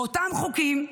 באותם חוקים,